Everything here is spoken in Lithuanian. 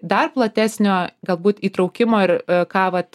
dar platesnio galbūt įtraukimo ir ką vat